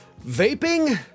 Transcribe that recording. vaping